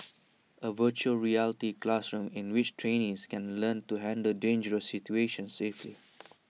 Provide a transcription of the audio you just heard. A Virtual Reality classroom in which trainees can learn to handle dangerous situations safely